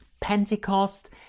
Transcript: Pentecost